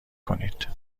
کنید